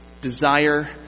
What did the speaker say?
desire